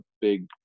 big